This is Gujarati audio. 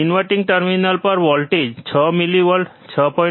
ઇન્વર્ટીંગ ટર્મિનલ ઉપર વોલ્ટેજ 6 મિલીવોલ્ટ 6